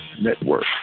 Network